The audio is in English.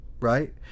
right